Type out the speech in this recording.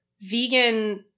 vegan